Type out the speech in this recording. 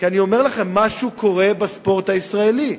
כי אני אומר לכם: משהו קורה בספורט הישראלי.